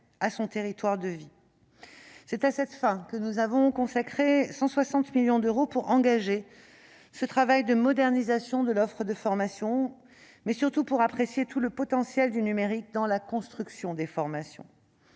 à son territoire de vie. À cette fin, nous avons consacré 160 millions d'euros pour engager ce travail de modernisation de l'offre de formation et surtout pour apprécier tout le potentiel du numérique dans la construction des formations.